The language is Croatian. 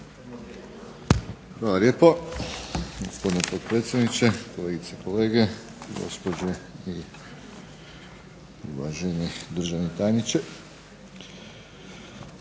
Hvala lijepo uvaženi potpredsjedniče, kolegice i kolege, gospođe i uvaženi državni tajniče.